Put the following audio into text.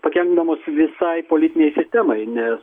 pakenkdamos visai politinei sistemai nes